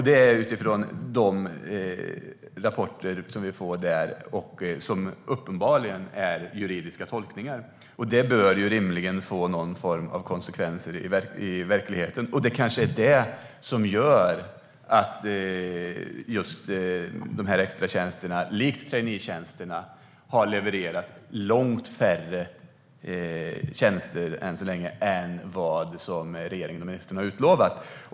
Det bygger på de rapporter som vi får därifrån, och det är uppenbarligen juridiska tolkningar. Det bör rimligen få någon form av konsekvenser i verkligheten. Det kanske är detta som gör att just extratjänsterna, i likhet med traineetjänsterna, än så länge har levererat långt färre anställningar än vad regeringen och ministern har utlovat.